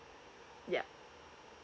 yeah